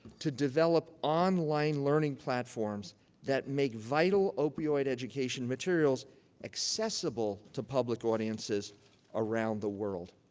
to develop online learning platforms that make vital opioid education materials accessible to public audiences around the world,